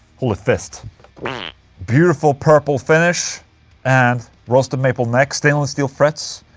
holy fists beautiful purple finish and roasted maple neck, stainless steel frets,